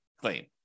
claim